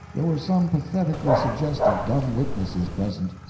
there were some pathetically suggestive dumb witnesses present.